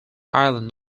island